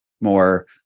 more